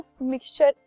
mixture